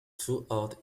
throughout